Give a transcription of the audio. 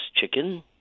chicken